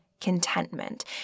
contentment